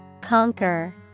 Conquer